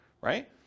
right